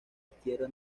izquierda